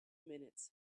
minutes